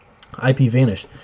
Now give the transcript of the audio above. IPVanish